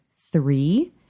three